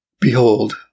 Behold